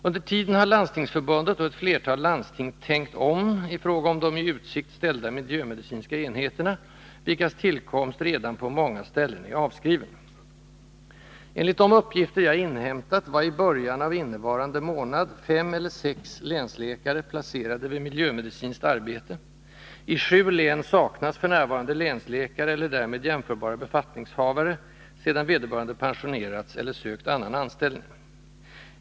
Under tiden har Landstingsförbundet och ett flertal landsting ”tänkt om” i fråga om de i utsikt ställda miljömedicinska enheterna, vilkas tillkomst redan på många ställen är avskriven. Enligt de uppgifter som jag har inhämtat var i början av innevarande månad fem eller sex länsläkare placerade i miljömedicinskt arbete. I sju län saknas f.n. länsläkare eller därmed jämförbara befattningshavare, sedan vederbörande pensionerats eller sökt annan anställning.